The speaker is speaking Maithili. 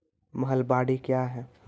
महलबाडी क्या हैं?